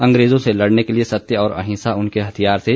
अंग्रेजों से लड़ने के लिए सत्य और अहिंसा उनके हथियार थे